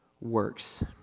works